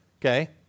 okay